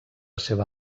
seva